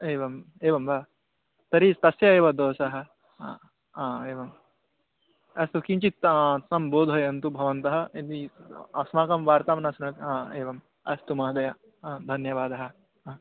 एवम् एवं वा तर्हि तस्य एव दोषः हा एवम् अस्तु किञ्चित् तं बोधयन्तु भवन्तः यदि अस्माकं वार्तां न शृणोति हा एवं अस्तु महोदय हा धन्यवादः हा